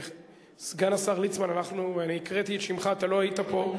סגן השר ליצמן, הקראתי את שמך, לא היית פה.